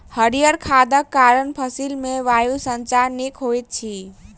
हरीयर खादक कारण फसिल मे वायु संचार नीक होइत अछि